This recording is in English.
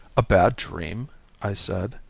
a bad dream i said,